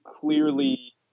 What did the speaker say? clearly